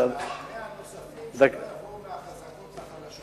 אבל שה-100 הנוספים לא יעברו מהחזקות לחלשות.